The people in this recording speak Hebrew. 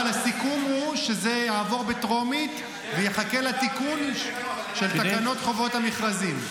אבל הסיכום הוא שזה יעבור בטרומית ויחכה לתיקון של תקנות חובות המכרזים.